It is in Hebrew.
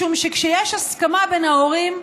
משום שכשיש הסכמה בין ההורים,